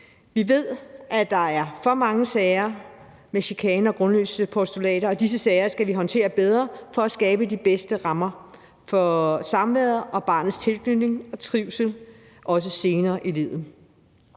Vi ved, at der er for mange sager om chikane og grundløse postulater, og disse sager skal vi håndtere bedre for at skabe de bedste rammer for samværet og barnets tilknytning og trivsel, også senere i livet.